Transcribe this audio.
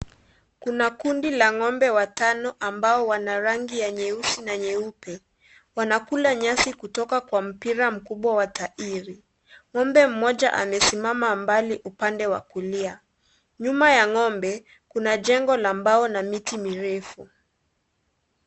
Kuna kundi la ng'ombe watano ambao wana rangi ya nyeusi na nyeupe. Wanakula nyasi kutoka kwa mpira mkubwa wa tairi. Ng'ombe mmoja amesimama mbali upande wa kulia. Nyuma ya ng'ombe, kuna jengo la mbao na miti mirefu.